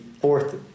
fourth